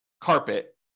carpet